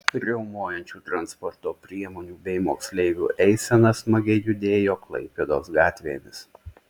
riaumojančių transporto priemonių bei moksleivių eisena smagiai judėjo klaipėdos gatvėmis